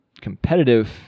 competitive